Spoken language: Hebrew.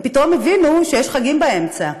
הם פתאום הבינו שיש חגים באמצע,